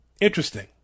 Interesting